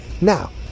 Now